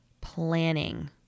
Planning